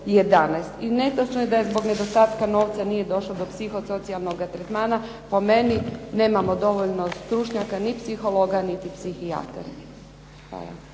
I netočno je da zbog nedostatka novca nije došlo do psihosocijalnoga tretmana. Po meni nemamo dovoljno stručnjaka, ni psihologa niti psihijatra.